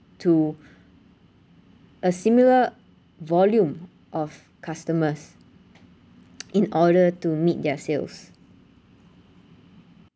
to a similar volume of customers in order to meet their sales